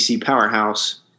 powerhouse